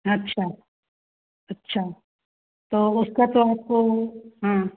अच्छा अच्छा तो उसका तो आपको हाँ